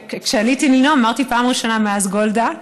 וכשעליתי לנאום אמרתי: פעם ראשונה מאז גולדה.